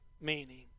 meaning